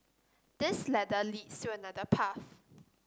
this ladder leads to another path